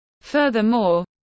Furthermore